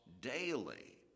daily